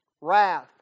Wrath